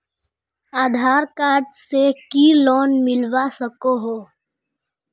आधार card से की loan मिलवा सकोहो?